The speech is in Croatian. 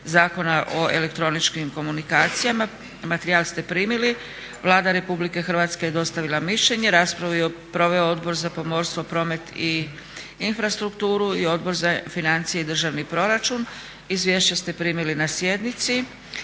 Zakona o elektroničkim komunikacijama. Materijal ste primili. Vlada RH je dostavila mišljenje. Raspravu je proveo Odbor za pomorstvo, promet i infrastrukturu i Odbor za financije i državni proračun. Izvješća ste primili na sjednici.